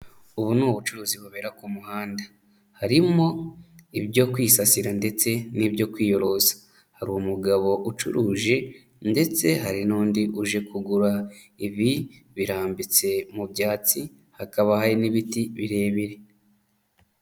Ubu ni ubucuruzi bubera ku muhanda. Harimo ibyo kwisasira ndetse n'ibyo kwiyorosa. Hari umugabo ucuruje ndetse hari n'undi uje kugura, ibi birambitse mu byatsi. Hakaba hari n'ibiti birebire.